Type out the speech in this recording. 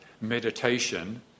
meditation